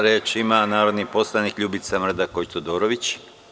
Reč ima narodni poslanik Ljubica Mrdaković Todorović.